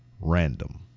RANDOM